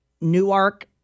Newark